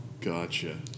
Gotcha